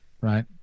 right